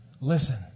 Listen